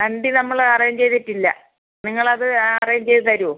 വണ്ടി നമ്മള് അറേഞ്ച് ചെയ്തിട്ടില്ല നിങ്ങളത് അറേഞ്ച് ചെയ്ത് തരുമോ